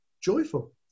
joyful